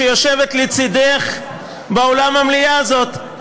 שיושבת לצדך באולם המליאה הזה,